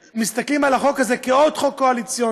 שמסתכלים על החוק הזה כעל עוד חוק קואליציוני,